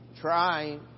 try